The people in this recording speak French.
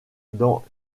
dans